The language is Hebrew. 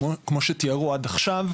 כמו שתיארו עד עכשיו,